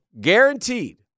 Guaranteed